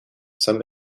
some